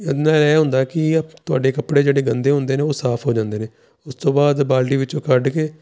ਇਹਦੇ ਨਾਲ ਇਹ ਹੁੰਦਾ ਕਿ ਤੁਹਾਡੇ ਕੱਪੜੇ ਜਿਹੜੇ ਗੰਦੇ ਹੁੰਦੇ ਨੇ ਉਹ ਸਾਫ ਹੋ ਜਾਂਦੇ ਨੇ ਉਸ ਤੋਂ ਬਾਅਦ ਬਾਲਟੀ ਵਿੱਚੋਂ ਕੱਢ ਕੇ